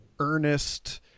earnest